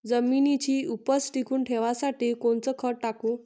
जमिनीची उपज टिकून ठेवासाठी कोनचं खत टाकू?